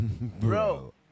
bro